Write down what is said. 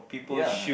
ya